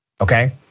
okay